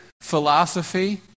philosophy